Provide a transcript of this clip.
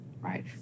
right